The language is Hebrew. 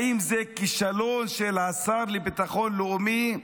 האם זה כישלון של השר לביטחון לאומי?